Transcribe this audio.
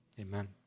Amen